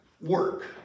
work